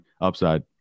upside